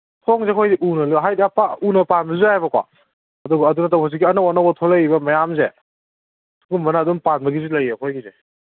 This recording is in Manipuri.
ꯁꯣꯝꯒꯤꯁꯦ ꯑꯩꯈꯣꯏ ꯎꯅ ꯄꯥꯟꯕꯁꯨ ꯌꯥꯏꯌꯦꯕꯀꯣ ꯑꯗꯨꯕꯨ ꯍꯧꯖꯤꯛꯀꯤ ꯑꯗꯨ ꯅꯠꯇꯕ ꯑꯅꯧ ꯑꯅꯧꯕ ꯃꯌꯥꯝꯁꯦ ꯁꯨꯒꯨꯝꯕꯅ ꯑꯗꯨꯝ ꯄꯥꯟꯕꯒꯤꯁꯨ ꯂꯩꯌꯦ ꯑꯩꯈꯣꯏꯒꯤꯁꯦ